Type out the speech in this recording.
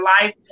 life